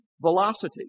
velocity